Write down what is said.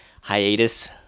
hiatus